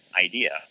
idea